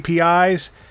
APIs